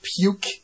puke